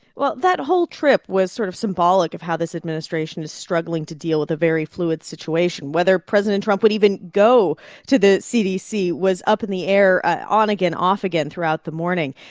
well, that whole trip was sort of symbolic of how this administration is struggling to deal with a very fluid situation. whether president trump would even go to the cdc was up in the air on again, off again throughout the morning.